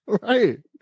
right